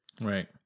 Right